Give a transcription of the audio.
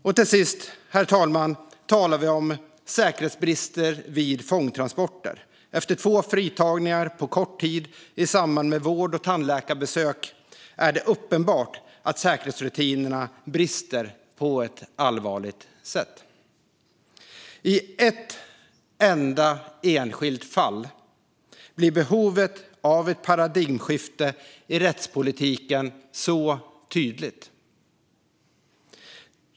Och till sist, herr talman, talar vi om säkerhetsbrister vid fångtransporter. Efter två fritagningar på kort tid i samband med vård och tandläkarbesök är det uppenbart att säkerhetsrutinerna brister på ett allvarligt sätt. I ett enda enskilt fall blir behovet av ett paradigmskifte i rättspolitiken så tydligt.